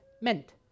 meant